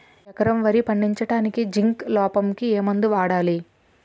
ఎకరం వరి పండించటానికి జింక్ లోపంకి ఏ మందు వాడాలి?